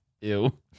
Ew